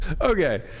Okay